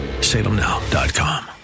salemnow.com